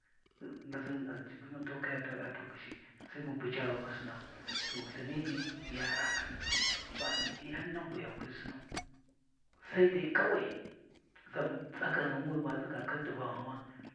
to lthin ya ranana’a ba yani nan bu hi kwi Sinau Sai dai kawai wi ma tsiga khin t’iVanghuma